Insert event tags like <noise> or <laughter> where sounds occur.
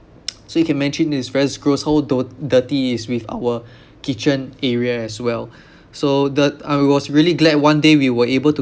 <noise> so you can imagine this is very gross how do dirty it is with our kitchen area as well so that I was really glad one day we were able to